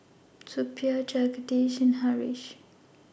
Suppiah Jagadish and Haresh